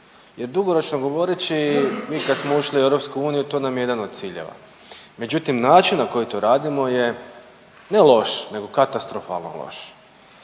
Jer dugoročno govoreći mi kad smo ušli u EU to nam je jedan od ciljeva. Međutim, način na koji to radimo je ne loš, nego katastrofalno loš.